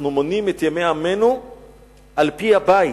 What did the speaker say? אנחנו מונים את ימי עמנו על-פי הבית: